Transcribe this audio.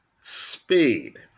speed